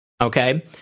Okay